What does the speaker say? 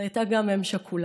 אז היא הייתה גם אם שכולה.